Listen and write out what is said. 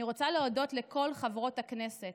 אני רוצה להודות לכל חברות הכנסת.